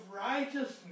righteousness